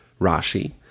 Rashi